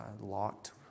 locked